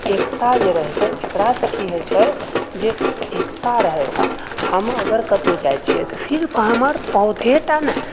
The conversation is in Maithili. एकता जे रहै छै एकरासँ की होइत छै जे एकता रहएसँ हम अगर कतहुँ जाइत छिऐ तऽ सिर्फ हमर पौधेटा नहि